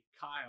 Kyle